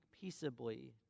peaceably